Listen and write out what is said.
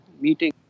meeting